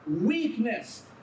weakness